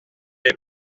est